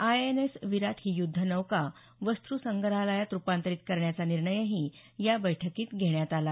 INS Viraat ही युद्धनौका वस्तुसंग्रहालयात रुपांतरित करण्याचा निर्णयही या बैठकीत घेण्यात आला